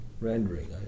rendering